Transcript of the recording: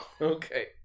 Okay